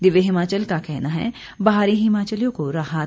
दिव्य हिमाचल का कहना है बाहरी हिमाचलियों को राहत